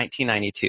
1992